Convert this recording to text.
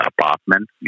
apartment